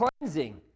cleansing